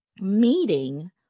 meeting